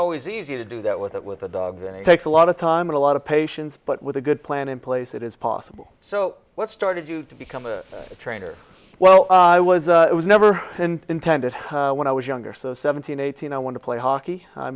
always easy to do that with that with a dog and he takes a lot of time and a lot of patience but with a good plan in place it is possible so what started you to become a trainer well i was it was never intended when i was younger so seventeen eighteen i want to play hockey i